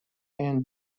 and